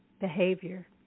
behavior